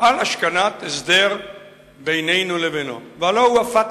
על השכנת הסדר בינינו לבינו, הלוא הוא ה"פתח".